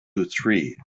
three